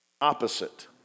opposite